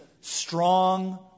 strong